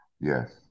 Yes